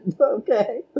Okay